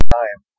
time